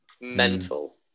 Mental